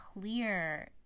clear